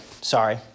sorry